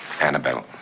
Annabelle